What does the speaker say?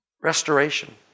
Restoration